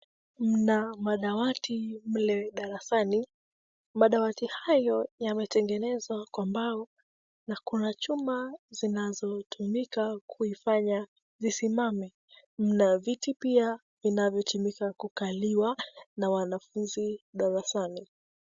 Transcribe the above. Mna madawati mle darasani. Madawati hayo yametengenezwa kwa mbao na kuna chuma zinazotumika kuifanya visimame na viti pia vinavyotumika kukaliwa na wanafunzi darasani.